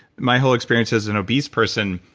my whole experience as an obese person,